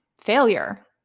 failure